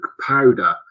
powder –